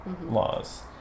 laws